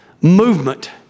movement